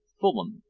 fulham.